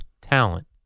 talent